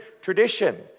tradition